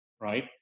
right